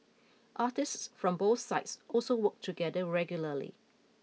artists from both sides also work together regularly